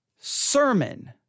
sermon